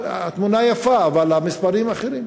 התמונה יפה, אבל המספרים אחרים.